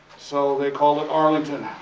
so, they called it arlington,